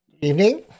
Evening